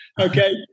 Okay